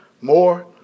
more